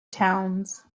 towns